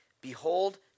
behold